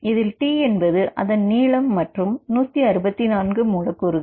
இதில் T என்பது அதன் நீளம் மற்றும்164 மூலக்கூறுகள்